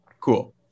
cool